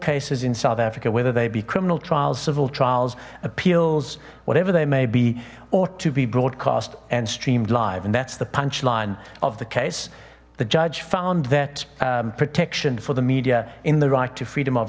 cases in south africa whether they be criminal trials civil trials appeals whatever they may be ought to be broadcast and streamed live and that's the punchline of the case the judge found that protection for the media in the right to freedom of